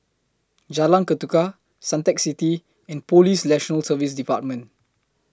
Jalan Ketuka Suntec City and Police National Service department